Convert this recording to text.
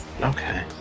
Okay